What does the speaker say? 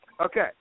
Okay